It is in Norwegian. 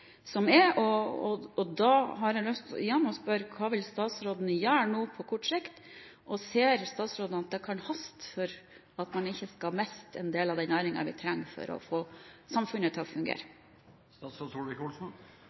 har lyst til å spørre hva statsråden vil gjøre på kort sikt. Ser statsråden at det kan haste for at man ikke skal miste en del av en næring vi trenger for å få samfunnet til å